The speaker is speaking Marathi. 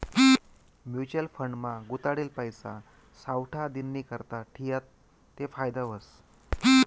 म्युच्युअल फंड मा गुताडेल पैसा सावठा दिननीकरता ठियात ते फायदा व्हस